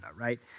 right